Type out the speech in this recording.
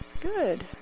Good